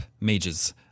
mages